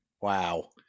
Wow